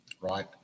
right